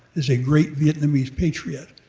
as a great vietnamese patriot.